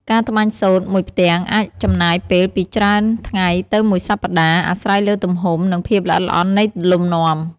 ការត្បាញសូត្រមួយផ្ទាំងអាចចំណាយពេលពីច្រើនថ្ងៃទៅមួយសប្ដាហ៍ អាស្រ័យលើទំហំ និងភាពល្អិតល្អន់នៃលំនាំ។